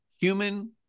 human